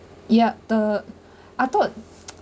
ya the I thought